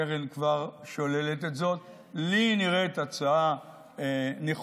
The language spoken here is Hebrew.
קרן כבר שוללת את זאת, לי היא נראית הצעה נכונה,